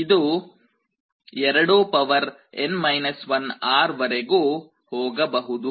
ಇದು 2n 1 R ವರೆಗೂ ಹೋಗಬಹುದು